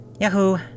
Yahoo